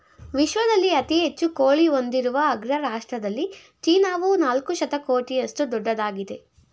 ವಿಶ್ವದಲ್ಲಿ ಅತಿ ಹೆಚ್ಚು ಕೋಳಿ ಹೊಂದಿರುವ ಅಗ್ರ ರಾಷ್ಟ್ರದಲ್ಲಿ ಚೀನಾವು ನಾಲ್ಕು ಶತಕೋಟಿಯಷ್ಟು ದೊಡ್ಡದಾಗಿದೆ